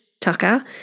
Tucker